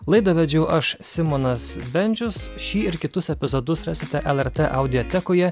laidą vedžiau aš simonas bendžius šį ir kitus epizodus rasite lrt audiotekoje